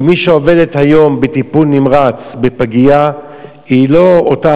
כי מי שעובדת היום בטיפול נמרץ בפגייה היא לא אותה